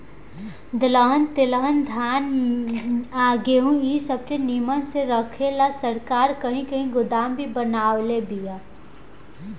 दलहन तेलहन धान आ गेहूँ इ सब के निमन से रखे ला सरकार कही कही गोदाम भी बनवले बिया